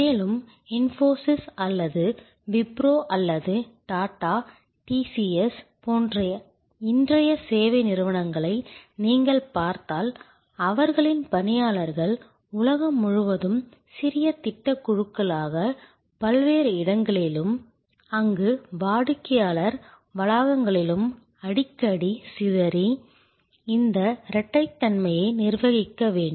மேலும் இன்ஃபோசிஸ் அல்லது விப்ரோ அல்லது டாடா டிசிஎஸ் போன்ற இன்றைய சேவை நிறுவனங்களை நீங்கள் பார்த்தால் அவர்களின் பணியாளர்கள் உலகம் முழுவதும் சிறிய திட்டக் குழுக்களாக பல்வேறு இடங்களிலும் அங்கு வாடிக்கையாளர் வளாகங்களிலும் அடிக்கடி சிதறி இந்த இரட்டைத்தன்மையை நிர்வகிக்க வேண்டும்